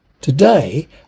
Today